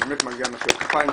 באמת מגיע מחיאות כפיים.